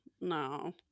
no